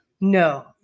no